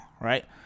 right